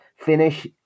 Finish